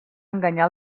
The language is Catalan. enganyar